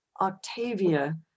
Octavia